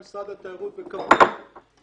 עם משרד התיירות וקבענו